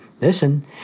listen